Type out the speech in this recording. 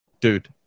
dude